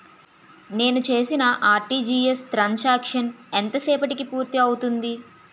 నేను చేసిన RTGS transaction ఎంత సేపటికి పూర్తి అవుతుంది?